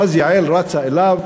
ואז יעל רצה אליו,